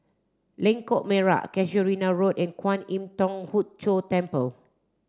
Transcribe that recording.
Lengkok Merak Casuarina Road and Kwan Im Thong Hood Cho Temple